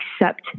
accept